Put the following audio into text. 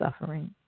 suffering